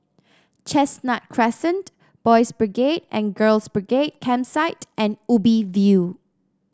Chestnut Crescent Boys' Brigade and Girls' Brigade Campsite and Ubi View